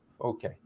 Okay